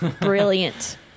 brilliant